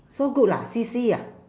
so good ah C_C ah